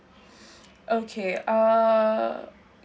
okay uh